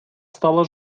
стала